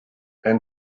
and